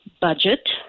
budget